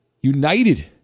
United